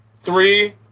three